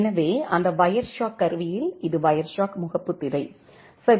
எனவே அந்த வயர்ஷார்க் கருவியில் இது வயர்ஷார்க் முகப்புத் திரை சரி